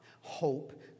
hope